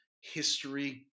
history